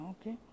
okay